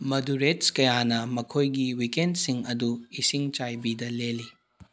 ꯃꯗꯨꯔꯦꯠꯁ ꯀꯌꯥꯅ ꯃꯈꯣꯏꯒꯤ ꯋꯤꯛꯀꯦꯟꯁꯤꯡ ꯑꯗꯨ ꯏꯁꯤꯡ ꯆꯥꯏꯕꯤꯗ ꯂꯦꯜꯂꯤ